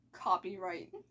copyright